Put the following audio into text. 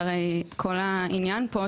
שהרי כל העניין פה,